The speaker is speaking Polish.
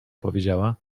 powiedziała